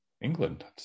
England